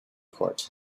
court